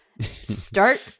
start